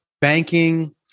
banking